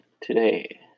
today